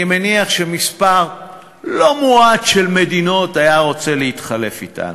אני מניח שמספר לא מועט של מדינות היו רוצות להתחלק אתנו.